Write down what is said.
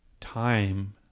time